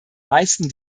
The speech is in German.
meisten